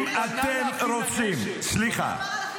אם אתם רוצים, סליחה.